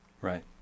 right